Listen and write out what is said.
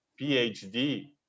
phd